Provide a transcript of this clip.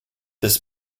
this